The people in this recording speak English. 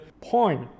point